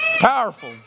Powerful